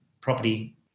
property